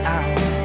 out